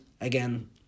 again